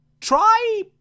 try